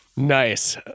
Nice